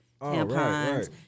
tampons